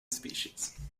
species